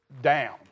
down